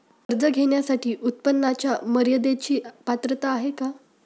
कर्ज घेण्यासाठी उत्पन्नाच्या मर्यदेची पात्रता आहे का?